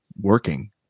working